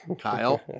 Kyle